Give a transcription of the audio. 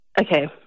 Okay